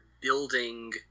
building